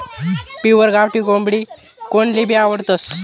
pure गावठी कोंबडी कोनलेभी आवडस